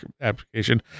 application